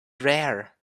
rare